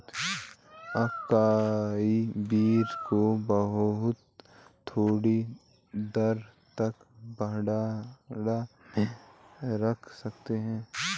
acai berry को बहुत थोड़ी देर तक भंडारण में रख सकते हैं